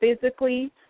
physically